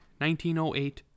1908